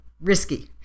risky